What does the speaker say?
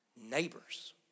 Neighbors